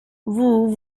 vous